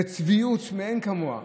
בצביעות מאין כמוה,